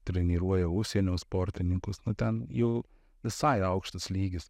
treniruoja užsienio sportininkus nu ten jau visai aukštas lygis